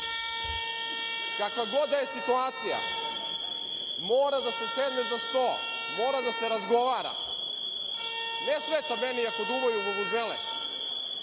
Kakva god da je situacija mora da se sedne za sto, mora da se razgovara. Ne smeta meni ako duvaju u uzele,